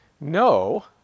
No